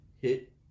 hit